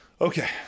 Okay